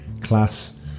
Class